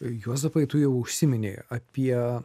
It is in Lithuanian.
juozapai tu jau užsiminei apie